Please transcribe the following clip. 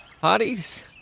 parties